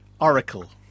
Oracle